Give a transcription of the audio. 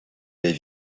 baies